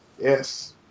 Yes